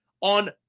on